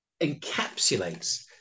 encapsulates